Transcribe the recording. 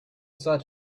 sat